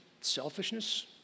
selfishness